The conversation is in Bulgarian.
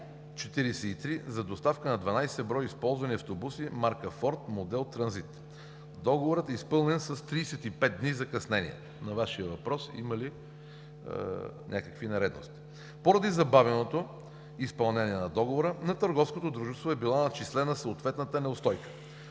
за доставка на 12 броя използвани автобуса марка „Форд“, модел „Транзит“. Договорът е изпълнен с 35 дни закъснение, на Вашия въпрос има ли някакви нередности. Поради забавеното изпълнение на Договора на търговското дружество е била начислена съответната неустойка.